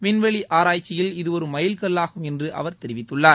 விண்வெளி ஆராய்ச்சியில் இது ஒரு எமல் கல்லாகும் என்று அவர் தெரிவித்துள்ளார்